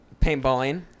Paintballing